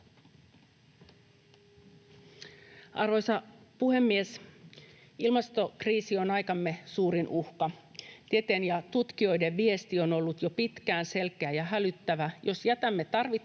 Arvoisa puhemies! Ilmastokriisi on aikamme suurin uhka. Tieteen ja tutkijoiden viesti on ollut jo pitkään selkeä ja hälyttävä: jos jätämme tarvittavat